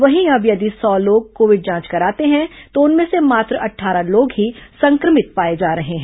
वहीं अब यदि सौ लोग कोविड जांच कराते हैं तो उनमें से मात्र अट्ठारह लोग ही संक्रमित पाए जा रहे हैं